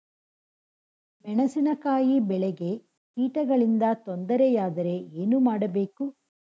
ಮೆಣಸಿನಕಾಯಿ ಬೆಳೆಗೆ ಕೀಟಗಳಿಂದ ತೊಂದರೆ ಯಾದರೆ ಏನು ಮಾಡಬೇಕು?